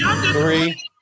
three